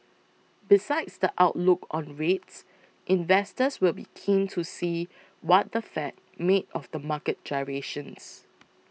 besides the outlook on rates investors will be keen to see what the Fed made of the market gyrations